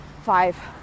five